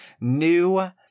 new